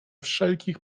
wszelkich